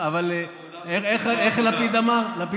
אבל איך, לפיד אמר?